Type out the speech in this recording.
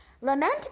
Lament